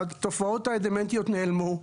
התופעות הדמנטיות נעלמו,